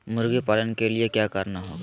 मुर्गी पालन के लिए क्या करना होगा?